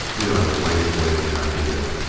the other waved away the idea.